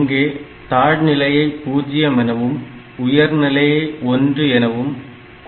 இங்கே தாழ்நிலையை 0 எனவும் உயர்நிலையை 1 எனவும் குறிக்கிறோம்